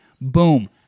boom